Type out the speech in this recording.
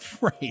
Right